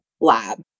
lab